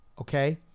Okay